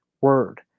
word